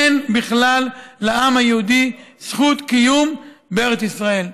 אין בכלל לעם היהודי זכות קיום בארץ ישראל,